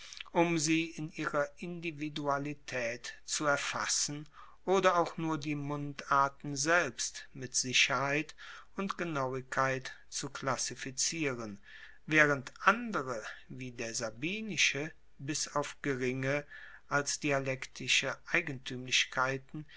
um sie in ihrer individualitaet zu erfassen oder auch nur die mundarten selbst mit sicherheit und genauigkeit zu klassifizieren waehrend andere wie der sabinische bis auf geringe als dialektische